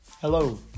Hello